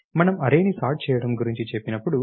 మనము అర్రేని సార్ట్ చేయడం గురించి చెప్పినప్పుడు